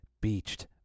beached